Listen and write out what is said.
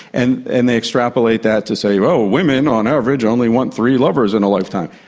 and and they extrapolate that to say, well, women on average only want three lovers in a lifetime.